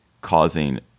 causing